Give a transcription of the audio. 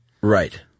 Right